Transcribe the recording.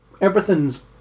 everything's